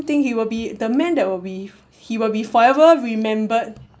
I think he will be the man that will be he will be forever remembered